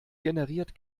generiert